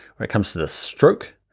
where it comes to the stroke.